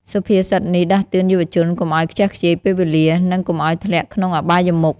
សុភាសិតនេះដាស់តឿនយុវជនកុំឱ្យខ្ជះខ្ជាយពេលវេលា និងកុំឱ្យធ្លាក់ក្នុងអបាយមុខ។